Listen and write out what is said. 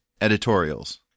editorials